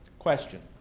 question